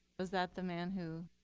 was that the man who?